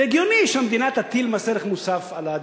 זה הגיוני שהמדינה תטיל מס ערך מוסף על הדלק,